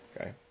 Okay